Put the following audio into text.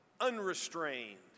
unrestrained